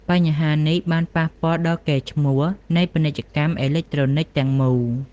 បញ្ហានេះបានប៉ះពាល់ដល់កេរ្តិ៍ឈ្មោះនៃពាណិជ្ជកម្មអេឡិចត្រូនិកទាំងមូល។